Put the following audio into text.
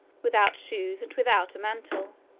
without shoes and without a mantle